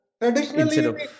Traditionally